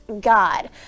God